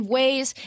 ways